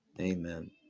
Amen